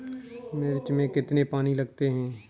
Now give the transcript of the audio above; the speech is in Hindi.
मिर्च में कितने पानी लगते हैं?